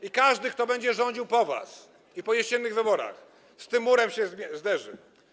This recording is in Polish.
I każdy, kto będzie rządził po was i po jesiennych wyborach, z tym murem się zderzy.